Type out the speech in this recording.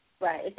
Right